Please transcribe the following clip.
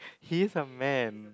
he is a man